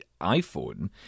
iPhone